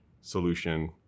solution